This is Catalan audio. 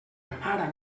ara